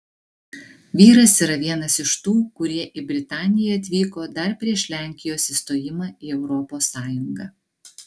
vyras yra vienas iš tų kurie į britaniją atvyko dar prieš lenkijos įstojimą į europos sąjungą